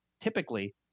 typically